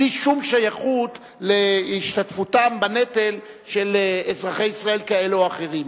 בלי שום שייכות להשתתפותם בנטל של אזרחי ישראל כאלה או אחרים.